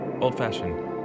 Old-fashioned